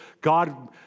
God